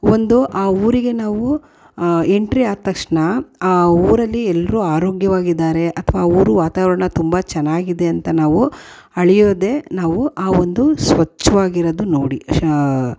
ಒಂದು ಆ ಊರಿಗೆ ನಾವು ಎಂಟ್ರಿ ಆದ ತಕ್ಷಣ ಆ ಊರಲ್ಲಿ ಎಲ್ಲರೂ ಆರೋಗ್ಯವಾಗಿದಾರೆ ಅಥ್ವಾ ಊರು ವಾತಾವರಣ ತುಂಬ ಚೆನ್ನಾಗಿದೆ ಅಂತ ನಾವು ಅಳೆಯೋದೇ ನಾವು ಆ ಒಂದು ಸ್ವಚ್ಛವಾಗಿರೋದು ನೋಡಿ